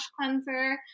cleanser